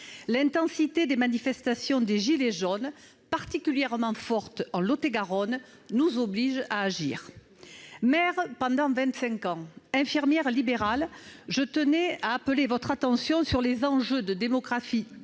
L'intensité des manifestations des « gilets jaunes », particulièrement fortes dans le Lot-et-Garonne, nous oblige à agir. Ayant été maire pendant vingt-cinq ans et infirmière libérale, je tenais à attirer votre attention sur les enjeux de démographie